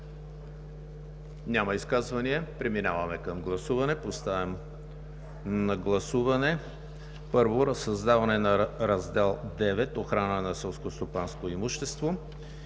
Няма изказвания. Преминаваме към гласуване. Поставям на гласуване създаването на „Раздел IX – Охрана на селскостопанско имущество“